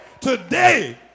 today